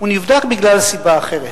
או הוא נבדק בגלל סיבה אחרת.